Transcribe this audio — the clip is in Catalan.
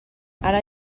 ara